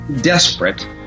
desperate